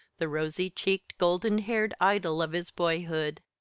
the rosy-cheeked, golden-haired idol of his boyhood.